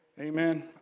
Amen